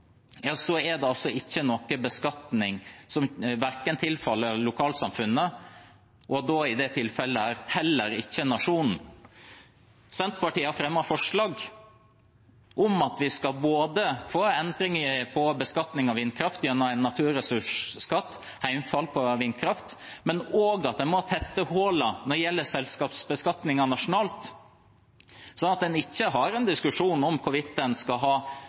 som tilfaller verken lokalsamfunnene eller – i dette tilfellet – nasjonen. Senterpartiet har fremmet forslag om at vi både skal få en endring av beskatningen av vindkraft gjennom en naturressursskatt – heimfall for vindkraft – og må tette hullene når det gjelder selskapsbeskatning nasjonalt, slik at en ikke har en diskusjon om hvorvidt en skal ha